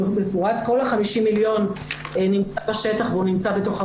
כל ה-50 מיליון נמצא בשטח והוא נמצא בתוך עבודה,